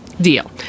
deal